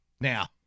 now